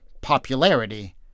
popularity